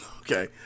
Okay